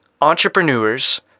entrepreneurs